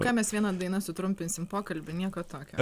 ką mes viena daina sutrumpinsim pokalbį nieko tokio